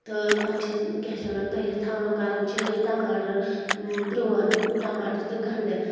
تہٕ پَتہٕ چھِس کیاہ چھِ وَنان تٔلِتھ تھاوُن کران چھِ ٹماٹر برٛون ٹماٹر تہٕ گنٛڈٕ